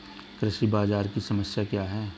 कृषि बाजार की समस्या क्या है?